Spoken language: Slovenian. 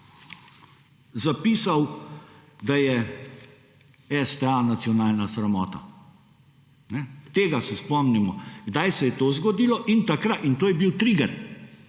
zapisal, da je STA nacionalna sramota. Tega se spomnimo kdaj se je to zgodilo in to je bil triger